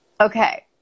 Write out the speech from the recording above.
Okay